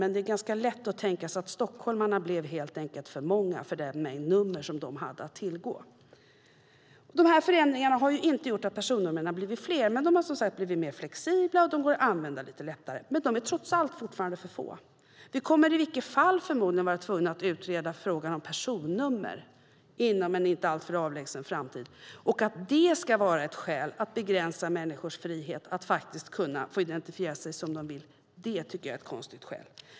Men det är ganska lätt att tänka sig att stockholmarna helt enkelt blev för många för den mängd nummer som de hade att tillgå. Dessa förändringar har inte gjort att personnumren har blivit fler, men de har blivit mer flexibla och går att använda lite lättare. Men de är trots allt fortfarande för få. Vi kommer förmodligen ändå att bli tvungna att utreda frågan om personnummer inom en inte alltför avlägsen framtid. Att detta ska vara ett skäl att begränsa människors frihet att få identifiera sig som de vill tycker jag är konstigt.